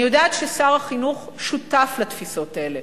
אני יודעת ששר החינוך שותף לתפיסות האלה,